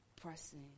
pressing